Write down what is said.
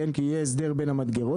כי יהיה הסדר בין המדגרות,